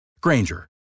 Granger